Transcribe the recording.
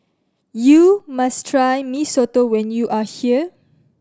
you must try Mee Soto when you are here